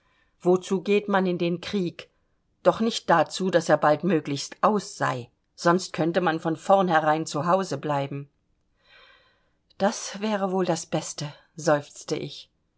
wozu geht man denn in den krieg doch nicht dazu daß er baldmöglichst aus sei sonst könnte man von vorherein zu hause bleiben das wäre wohl das beste seufzte ich